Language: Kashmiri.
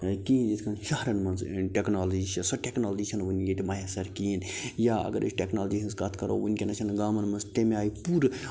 ٲں کِہیٖنۍ یِتھ کٔنۍ شہَرَن منٛز ٲں ٹیٛکنالوجی چھِ سۄ ٹیٛکنالوجی چھَنہٕ وُنہِ ییٚتہِ مَیسر کِہیٖنۍ یا اَگر أسۍ ٹیٛکنالوجی ہنٛز کَتھ کَرو وُنٛکیٚس چھَنہٕ گامَن منٛز تَمہِ آیہِ پوٗرٕ